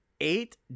eight